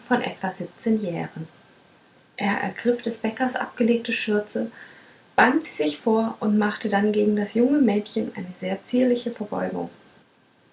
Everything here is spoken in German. von etwa siebzehn jähren er ergriff des bäckers abgelegte schürze band sie sich vor und machte dann gegen das junge mädchen eine sehr zierliche verbeugung